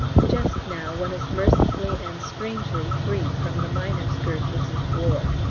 just now, one is mercifully and strangely free from the minor scourges of war.